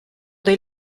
dei